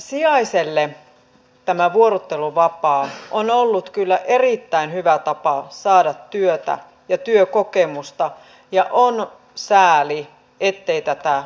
sijaiselle tämä vuorotteluvapaa on ollut kyllä erittäin hyvä tapa saada työtä ja työkokemusta ja on sääli ettei tätä ymmärretä